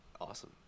Awesome